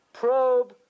probe